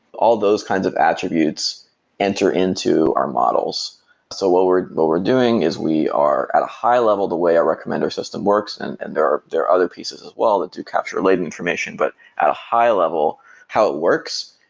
all those kinds of attributes enter into our models so what we're what we're doing is we are at a high level the way our recommender system works and and there are other pieces as well that do capture related information, but at a high level how it works,